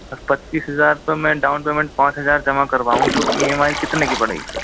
sir पच्चीस हजार तो मैं डाउन पेमेंट पाँच हजार जमा करवाऊं तो ई एम आई कितने की पड़ेगी फिर